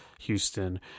Houston